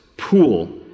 pool